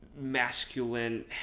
masculine